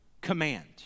command